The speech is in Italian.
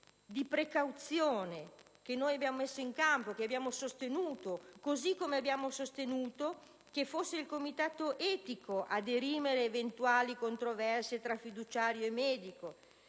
di precauzione che abbiamo messo in campo e che abbiamo sostenuto. Abbiamo altresì proposto che fosse il Comitato etico a dirimere eventuali controversie tra fiduciario e medico